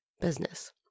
business